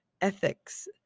ethics